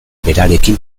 berarekin